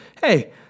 hey